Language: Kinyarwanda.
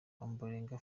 ombolenga